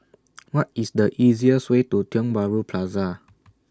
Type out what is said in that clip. What IS The easiest Way to Tiong Bahru Plaza